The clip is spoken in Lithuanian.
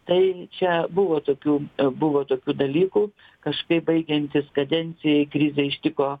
tai čia buvo tokių buvo tokių dalykų kažkaip baigiantis kadencijai krizė ištiko